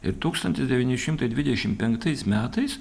ir tūkstantis devyni šimtai dvidešim penktais metais